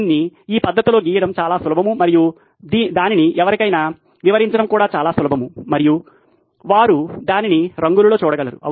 దీన్ని ఈ పద్ధతిలో గీయడం చాలా సులభం మరియు దానిని ఎవరికైనా వివరించడం కూడా చాలా సులభం మరియు వారు దానిని రంగులలో చూడగలరు